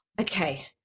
okay